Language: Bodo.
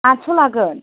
आठस' लागोन